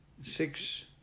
Six